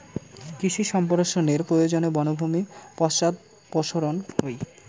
কৃষি সম্প্রসারনের প্রয়োজনে বনভূমি পশ্চাদপসরন হই